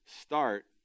Start